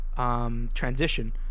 Transition